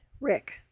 Rick